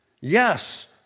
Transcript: Yes